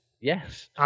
Yes